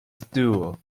stool